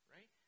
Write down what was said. Right